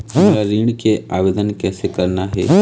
मोला ऋण के आवेदन कैसे करना हे?